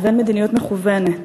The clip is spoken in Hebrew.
לבין מדיניות מכוּונת.